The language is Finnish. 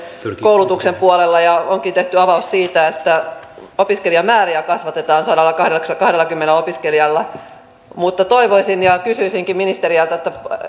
koulutuksen puolella ja onkin tehty avaus siitä että opiskelijamääriä kasvatetaan sadallakahdellakymmenellä opiskelijalla mutta kysyisinkin ministeriltä